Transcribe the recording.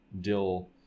dill